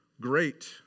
great